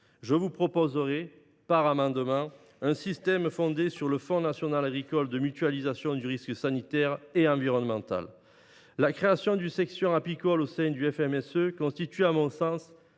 je vous proposerai par amendement la mise en place d’un système fondé sur le fonds national agricole de mutualisation du risque sanitaire et environnemental (FMSE). La création d’une section apicole au sein du FMSE constitue, à mon sens,